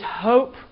hope